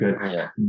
good